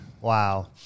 Wow